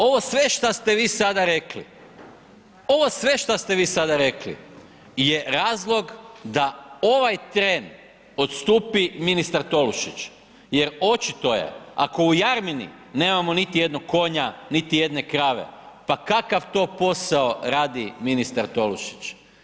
Ovo sve šta ste vi sada rekli, ovo sve šta ste vi sada rekli je razlog da ovaj tren odstupi ministar Tolušić jer očito je, ako u Jarmini nemamo niti jednog konja, niti jedne krave, pa kakav to posao radi ministar Tolušić?